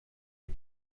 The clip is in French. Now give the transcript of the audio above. est